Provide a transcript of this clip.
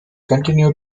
continue